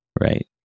right